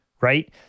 Right